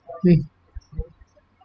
mm